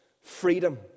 freedom